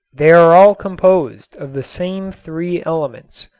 they are all composed of the same three elements,